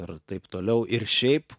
ir taip toliau ir šiaip